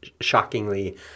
shockingly